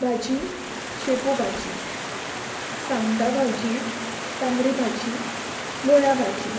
भाजी शेपू भाजी सांगटा भाजी तांबडी भाजी मुळ्या भाजी